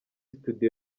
studio